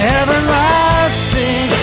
everlasting